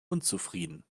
unzufrieden